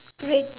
great